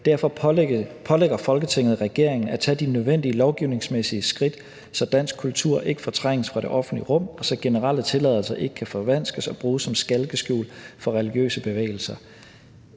»Derfor pålægger Folketinget regeringen at tage de nødvendige lovgivningsmæssige skridt, så dansk kultur ikke fortrænges fra det offentlige rum, og så generelle tilladelser ikke kan forvanskes og bruges som skalkeskjul for religiøse bevægelser.«